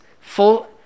full